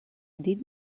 did